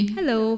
Hello